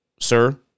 sir